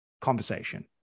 conversation